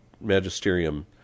magisterium